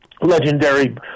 legendary